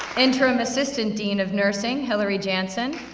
interim assistant dean of nursing, hilary jansson.